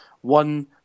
one